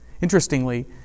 Interestingly